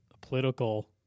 political